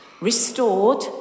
Restored